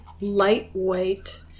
lightweight